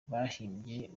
bahimbye